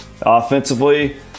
offensively